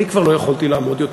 אני כבר לא יכולתי לעמוד יותר,